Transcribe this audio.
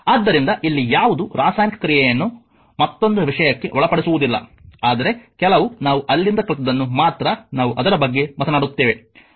ಆದ್ದರಿಂದ ಇಲ್ಲಿ ಯಾವುದು ರಾಸಾಯನಿಕ ಕ್ರಿಯೆಯನ್ನು ಮತ್ತೊಂದು ವಿಷಯಕ್ಕೆ ಒಳಪಡಿಸುವುದಿಲ್ಲ ಆದರೆ ಕೆಲವು ನಾವು ಅಲ್ಲಿಂದ ಕಲಿತದ್ದನ್ನು ಮಾತ್ರ ನಾವು ಅದರ ಬಗ್ಗೆ ಮಾತನಾಡುತ್ತೇವೆ